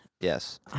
Yes